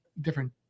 different